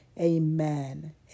Amen